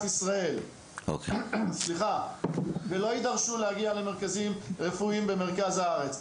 ישראל ולא יידרשו להגיע למרכזים רפואיים במרכז הארץ.